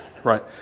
Right